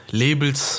labels